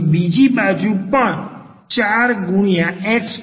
અહીં બીજી બાજુ પણ 4x c2 મળે છે